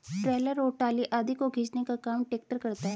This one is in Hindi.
ट्रैलर और ट्राली आदि को खींचने का काम ट्रेक्टर करता है